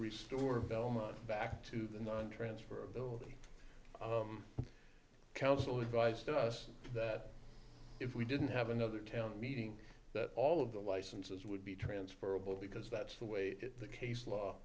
restore velma back to the non transferability council advised us that if we didn't have another town meeting that all of the licenses would be transferable because that's the way the case law